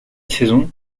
saison